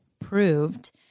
proved